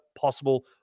possible